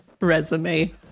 resume